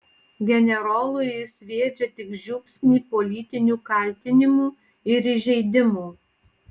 generolui jis sviedžia tik žiupsnį politinių kaltinimų ir įžeidimų